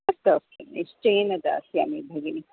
अतः किं निश्चयेन दास्यामि भगिनि